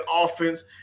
offense